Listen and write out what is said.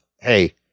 Hey